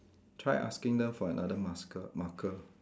try asking them for another masker marker